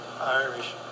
Irish